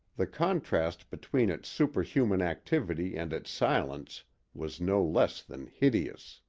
the contrast between its superhuman activity and its silence was no less than hideous!